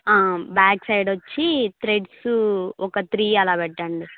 back side వచ్చి threads ఒక three అలా పెట్టండి